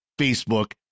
Facebook